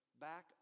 back